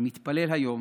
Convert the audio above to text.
אני מתפלל היום